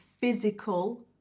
physical